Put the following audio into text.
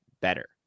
better